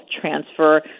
transfer